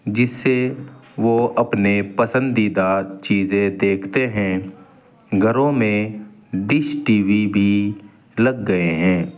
جس سے وہ اپنے پسندیدہ چیزیں دیکھتے ہیں گھروں میں ڈش ٹی وی بھی لگ گئے ہیں